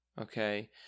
okay